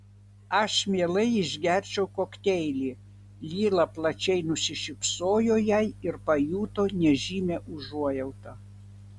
aš mielai išgerčiau kokteilį lila plačiai nusišypsojo jai ir pajuto nežymią užuojautą